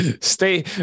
Stay